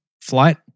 Flight